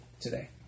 today